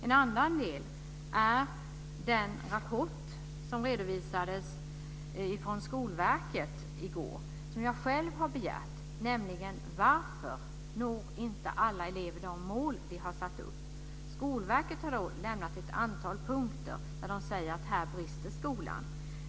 En annan del är den rapport jag själv har begärt och som Skolverket redovisade i går, nämligen varför inte alla elever når de mål vi har satt upp. Skolverket har tagit fram ett antal punkter där det finns brister i skolan.